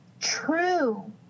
True